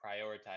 prioritize